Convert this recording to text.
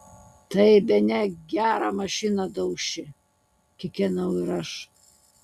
tai bene gerą mašiną dauši kikenau ir aš